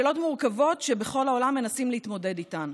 שאלות מורכבות שבכל העולם מנסים להתמודד איתן.